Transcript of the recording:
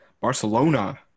Barcelona